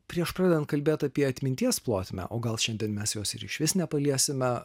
prieš pradedant kalbėti apie atminties plotmę o gal šiandien mes jos ir išvis nepaliesime